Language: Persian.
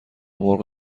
مرغ